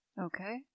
Okay